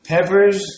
Peppers